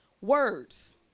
words